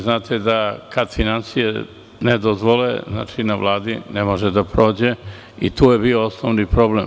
Znate da, kada finansije ne dozvole, na Vladi ne može da prođe i tu je bio osnovni problem.